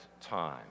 time